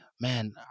man